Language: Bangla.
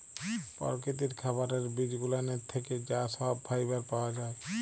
পরকিতির খাবারের বিজগুলানের থ্যাকে যা সহব ফাইবার পাওয়া জায়